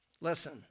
Listen